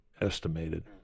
estimated